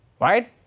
right